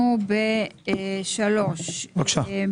2023 ו-3.5